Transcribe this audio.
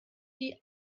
die